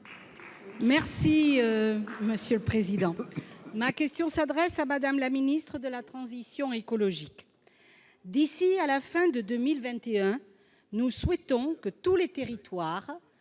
La République En Marche. Ma question s'adresse à Mme la ministre de la transition écologique. « D'ici à la fin de 2021, nous souhaitons que tous les territoires-